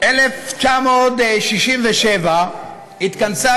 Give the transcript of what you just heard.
ב-1967 התכנסה